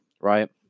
right